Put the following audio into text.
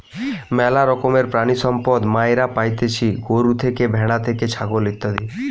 ম্যালা রকমের প্রাণিসম্পদ মাইরা পাইতেছি গরু থেকে, ভ্যাড়া থেকে, ছাগল ইত্যাদি